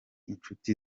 inshuti